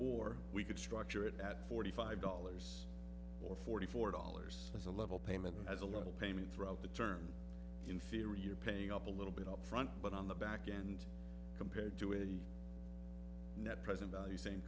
or we could structure it at forty five dollars or forty four dollars as a level payment as a little payment throughout the term inferi you're paying up a little bit upfront but on the backend compared to a net present value same